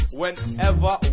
whenever